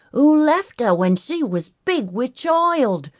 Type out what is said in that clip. who left her when she was big with child,